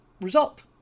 result